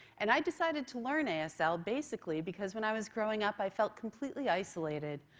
and i decided to learn asl basically because when i was growing up i felt completely isolated.